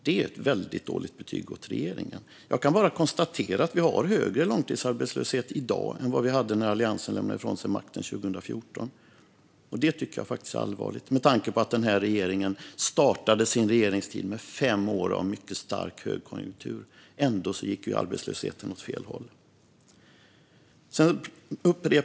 Det är ett väldigt dåligt betyg till regeringen. Jag kan bara konstatera att vi har högre långtidsarbetslöshet i dag än vad vi hade när Alliansen lämnade ifrån sig makten 2014. Det tycker jag faktiskt är allvarligt, med tanke på att den här regeringen startade sin regeringstid med fem år av mycket stark högkonjunktur. Ändå gick arbetslösheten åt fel håll.